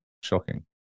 shocking